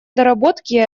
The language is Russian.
доработки